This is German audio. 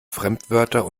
fremdwörter